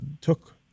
took